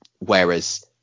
Whereas